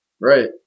Right